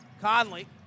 Conley